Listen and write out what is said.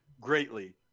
greatly